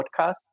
podcast